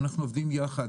אנחנו עובדים ביחד